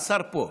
השר פה.